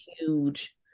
huge